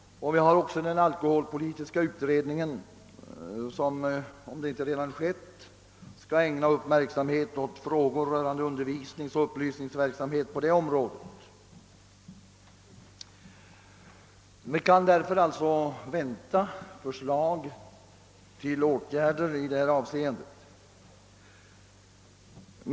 Vi har också den alkoholpolitiska utredningen, som — om det inte redan har skett — skall ägna uppmärksamhet åt frågor rörande undervisningsoch upplysningsverksamhet på detta område. Vi kan alltså vänta förslag till åtgärder i det här avseendet.